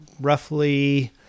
roughly